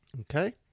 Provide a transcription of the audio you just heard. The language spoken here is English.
Okay